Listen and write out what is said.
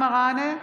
אבתיסאם מראענה,